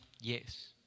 yes